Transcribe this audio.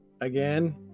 again